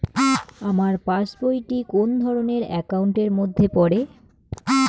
আমার পাশ বই টি কোন ধরণের একাউন্ট এর মধ্যে পড়ে?